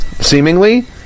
Seemingly